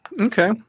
Okay